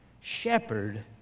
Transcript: shepherd